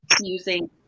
using